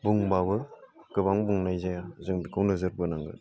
बुंब्लाबो गोबां बुंनाय जाया जों बेखौ नोजोरबोनांगोन